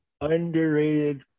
underrated